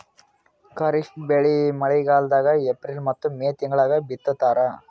ಖಾರಿಫ್ ಬೆಳಿ ಮಳಿಗಾಲದಾಗ ಏಪ್ರಿಲ್ ಮತ್ತು ಮೇ ತಿಂಗಳಾಗ ಬಿತ್ತತಾರ